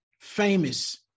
famous